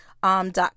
dot